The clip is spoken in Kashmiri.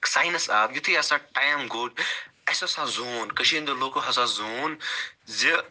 ساینَس آو یِتھُے ہسا ٹایم گوٚو اسہِ ہسا زون کٔشیٖر ہنٛدیٛو لوکو ہسا زون زِ